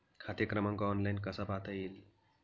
खाते क्रमांक ऑनलाइन कसा पाहता येईल?